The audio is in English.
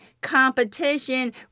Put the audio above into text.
competition